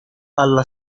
alla